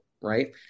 right